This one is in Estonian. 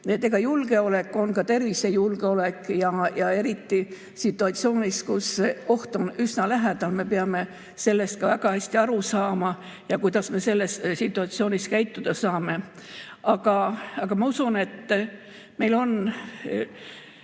juttu. Julgeolek on ka tervisejulgeolek, eriti situatsioonis, kus oht on üsna lähedal. Me peame sellest väga hästi aru saama ja [teadma], kuidas me selles situatsioonis käituda saame. Aga ma usun, et me ei